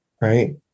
right